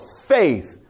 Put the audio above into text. faith